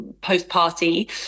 post-party